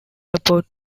support